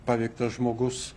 paveiktas žmogus